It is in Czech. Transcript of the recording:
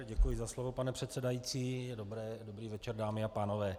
Děkuji za slovo, pane předsedající, dobrý večer dámy a pánové.